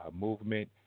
movement